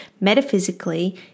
metaphysically